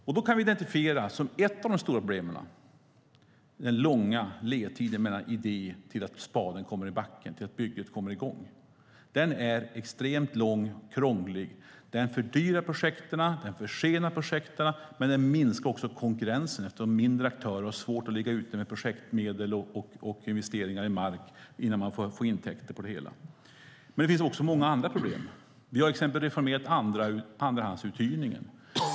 Som ett av de stora problemen kan vi identifiera den långa ledtiden från idé till att spaden kommer i backen, till att bygget kommer i gång. Den är extremt lång och krånglig. Den fördyrar projekten. Den försenar projekten. Den minskar också konkurrensen, eftersom mindre aktörer har svårt att ligga ute med projektmedel och investeringar i mark innan de får intäkter på det hela. Men det finns också många andra problem. Vi har till exempel reformerat andrahandsuthyrningen.